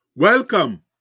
Welcome